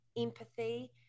empathy